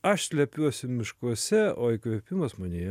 aš slepiuosi miškuose o įkvėpimas manyje